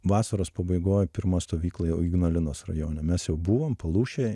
vasaros pabaigoj pirma stovykla jau ignalinos rajone mes jau buvom palūšėj